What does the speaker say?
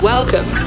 Welcome